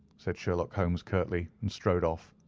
said sherlock holmes curtly, and strode off.